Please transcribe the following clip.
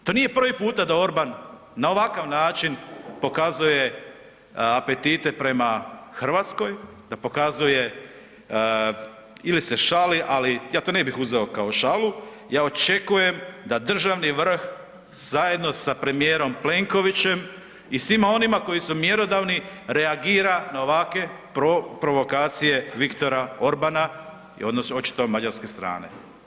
To nije prvi puta da Orban na ovakav način pokazuje apetite prema Hrvatskoj, da pokazuje ili se šali, ali ja to ne bih uzeo kao šalu, ja očekujem da državni vrh zajedno sa premijerom Plenkovićem i svima onima koji su mjerodavni reagira na ovakve provokacije Viktora Orbana i odnosno očito mađarske strane.